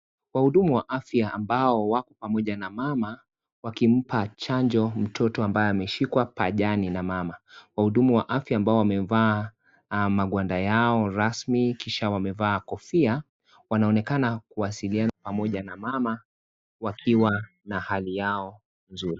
Wahudumu wa afya ambao wako pamoja na mama wakimpa chanjo mtoto ambaye ameshikwa pajani na mama. Wahudumu wa afya ambao wamevaa magwanda yao rasmi kisha wamevaa kofia wanaonekana kuwasiliana pamoja na mama wakiwa na hali yao nzuri.